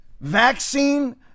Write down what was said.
vaccine